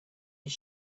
his